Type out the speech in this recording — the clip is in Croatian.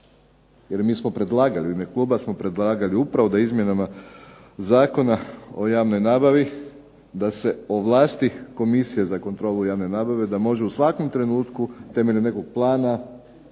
jer mi smo predlagali u ime kluba upravo da izmjenama Zakona o javnoj nabavi da se ovlasti KOmisija za kontrolu javne nabave da može u svakom trenutku temeljem nekog plana